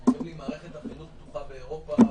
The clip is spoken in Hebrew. מערכת החינוך פתוחה באירופה,